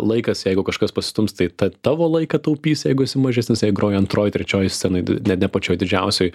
laikas jeigu kažkas pasistums tai tą tavo laiką taupys jeigu esi mažesnis jei groji antroj trečioj scenoj ne pačioj didžiausioj